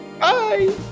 bye